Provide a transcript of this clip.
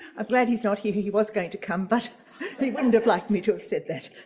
i'm glad he's not here. he was going to come but he wouldn't have liked me to have said that.